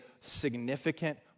significant